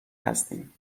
هستیم